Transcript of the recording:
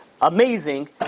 amazing